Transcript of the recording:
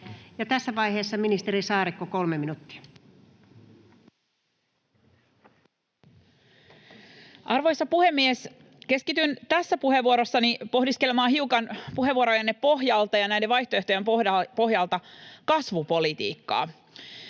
tässä vaiheessa ministeri Saarikko, 3 minuuttia. Arvoisa puhemies! Keskityn tässä puheenvuorossani pohdiskelemaan hiukan puheenvuorojenne pohjalta ja näiden vaihtoehtojen pohjalta kasvupolitiikkaa,